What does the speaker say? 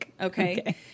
okay